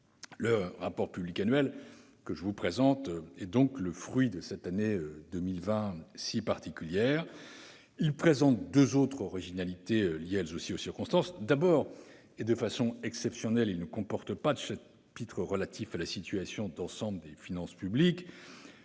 Ce rapport public annuel est donc le fruit de cette année 2020 si particulière. Il présente deux autres originalités, liées, elles aussi, aux circonstances. Tout d'abord, de façon exceptionnelle, il ne comporte pas de chapitre relatif à la situation d'ensemble des finances publiques.